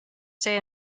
stay